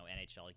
NHL